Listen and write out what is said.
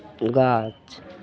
गाछ